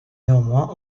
néanmoins